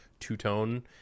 two-tone